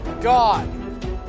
god